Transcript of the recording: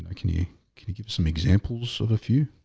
ah can you can you give some examples of a few?